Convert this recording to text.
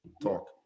talk